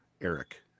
Eric